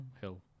Hill